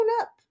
up